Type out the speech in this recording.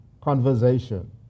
conversation